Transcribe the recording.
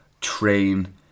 train